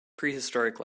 prehistoric